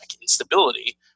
instability